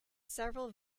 several